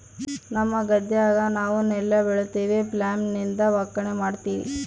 ನಮ್ಮ ಗದ್ದೆಗ ನಾವು ನೆಲ್ಲು ಬೆಳಿತಿವಿ, ಫ್ಲ್ಯಾಯ್ಲ್ ಲಿಂದ ಒಕ್ಕಣೆ ಮಾಡ್ತಿವಿ